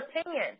opinion